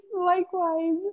likewise